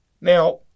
Now